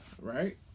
right